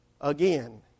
again